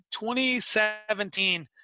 2017